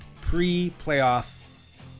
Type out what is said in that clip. pre-playoff